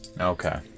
okay